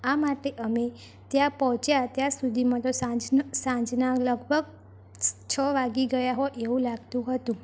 આ માટે અમે ત્યાં પહોંચ્યા ત્યાં સુધીમાં તો સાંજન સાંજના લગભગ છ વાગી ગયા હોય એવું લાગતું હતું